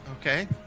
okay